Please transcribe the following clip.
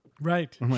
right